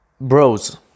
Bros